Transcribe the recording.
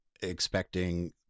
expecting